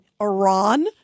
Iran